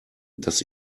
das